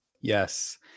Yes